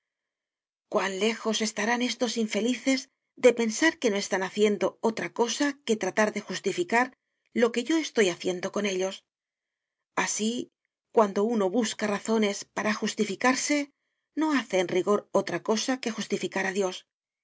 cuán lejos estarán estos infelices de pensar que no están haciendo otra cosa que tratar de justificar lo que yo estoy haciendo con ellos así cuando uno busca razones para justificarse no hace en rigor otra cosa que justificar a dios